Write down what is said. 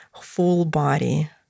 full-body